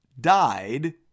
died